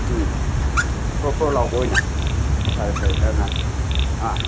ꯎꯝ ꯐ꯭ꯔꯣ ꯐ꯭ꯔꯣ ꯂꯥꯎꯕ ꯑꯣꯏꯅ ꯐꯔꯦ ꯐꯔꯦ ꯑꯔꯅꯥꯠ ꯑꯥ